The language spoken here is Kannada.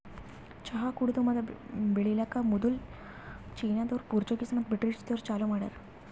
ಚಹಾ ಕುಡೆದು ಮತ್ತ ಬೆಳಿಲುಕ್ ಮದುಲ್ ಚೀನಾದೋರು, ಪೋರ್ಚುಗೀಸ್ ಮತ್ತ ಬ್ರಿಟಿಷದೂರು ಚಾಲೂ ಮಾಡ್ಯಾರ್